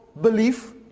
belief